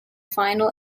final